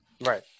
Right